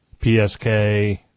PSK